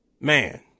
man